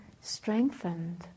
strengthened